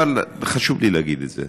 אבל חשוב לי להגיד את זה.